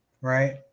right